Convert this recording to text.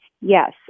Yes